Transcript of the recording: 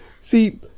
see